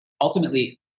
Ultimately